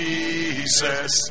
Jesus